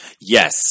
Yes